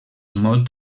molt